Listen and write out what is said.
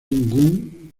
young